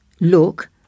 look